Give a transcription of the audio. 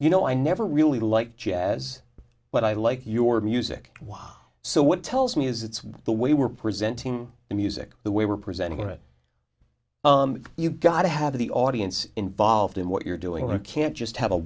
you know i never really like jazz but i like your music while so what tells me is it's the way we're presenting the music the way we're presenting it you gotta have the audience involved in what you're doing or can't just have a